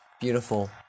Beautiful